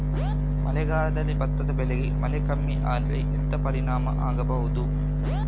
ಮಳೆಗಾಲದಲ್ಲಿ ಭತ್ತದ ಬೆಳೆಗೆ ಮಳೆ ಕಮ್ಮಿ ಆದ್ರೆ ಎಂತ ಪರಿಣಾಮ ಆಗಬಹುದು?